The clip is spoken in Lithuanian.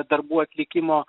darbų atlikimo